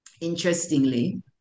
interestingly